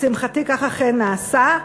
לשמחתי כך אכן נעשה,